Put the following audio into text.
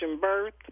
birth